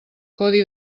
codi